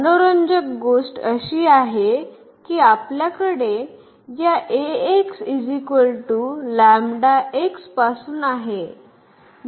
मनोरंजक गोष्ट अशी आहे की आपल्याकडे या पासून आहे